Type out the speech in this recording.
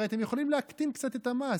הרי אתם יכולים להקטין קצת את המס,